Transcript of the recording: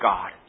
God